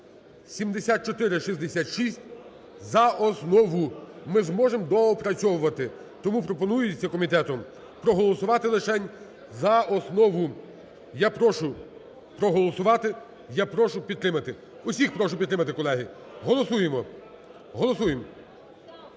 (7466) за основу, ми зможемо доопрацьовувати. Тому пропонується комітетом проголосувати лишень за основу. Я прошу проголосувати, я прошу підтримати. Усіх прошу підтримати, колеги. Голосуємо. Голосуємо.